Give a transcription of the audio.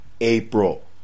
April